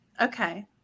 Okay